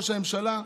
ראש הממשלה: